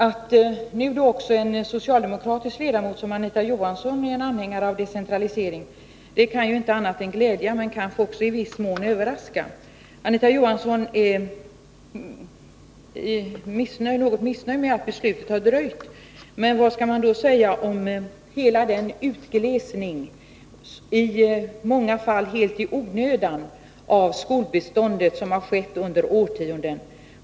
Att nu också en socialdemokratisk ledamot som Anita Johansson är anhängare av decentralisering kan inte annat än glädja, men kanske också i viss mån överraska. Anita Johansson är missnöjd med att beslutet har dröjt. Vad skall man då säga om hela den utglesning av skolbeståndet, i många fall helt i onödan, som skett under årtionden?